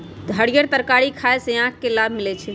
हरीयर तरकारी खाय से आँख के लाभ मिलइ छै